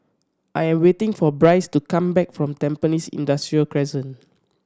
I am waiting for Bryce to come back from Tampines Industrial Crescent